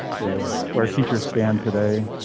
yo where teachers stand today.